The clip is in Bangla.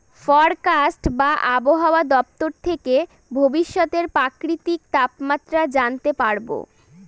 ফরকাস্ট বা আবহাওয়া দপ্তর থেকে ভবিষ্যতের প্রাকৃতিক তাপমাত্রা জানতে পারবো